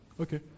Okay